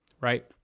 right